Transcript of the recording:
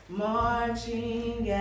marching